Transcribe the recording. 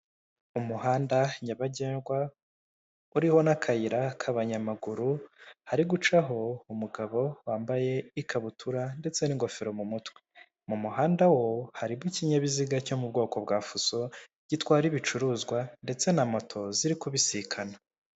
Umuhanda nyabagendwa uriho n'akayira k'abanyamaguru, hari gucaho umugabo wambaye ikabutura ndetse n'ingofero mu mutwe, mu muhanda ho, hariho ikinyabiziga cyo mu bwoko bwa fuso gitwara ibicuruzwa, ndetse na moto ziri kubisikana.